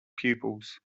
pupils